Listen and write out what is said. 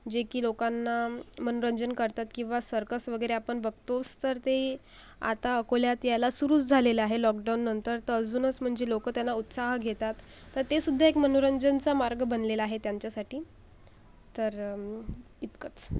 जे की लोकांना मनोरंजन करतात किंवा सर्कस वगैरे आपण बघतोस तर ते आता अकोल्यात यायला सुरू झालेला आहे लॉकडाऊननंतर तर अजूनच म्हणजे लोक त्याला उत्साह घेतात तर तेसुद्धा एक मनोरंजनचा मार्ग बनलेला आहे त्यांच्यासाठी तर इतकंच